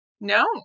No